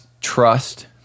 Trust